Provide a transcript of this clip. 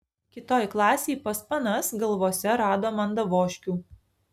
kitoj klasėj pas panas galvose rado mandavoškių